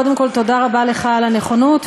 קודם כול תודה לך על הנכונות,